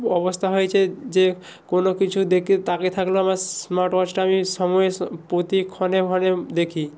অবস্থা হয়েছে যে কোনো কিছু দেকে তাকিয়ে থাকলেও আমার স্মার্ট ওয়াচটা আমি সময়ে স প্রতিক্ষণে ক্ষণে দেখি